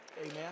Amen